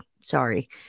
Sorry